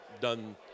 done